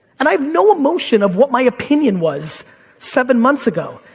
and i've no emotion of what my opinion was seven months ago.